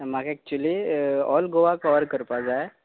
म्हाक actually old Goa cover करपा जाय